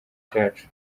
cyacu